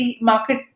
market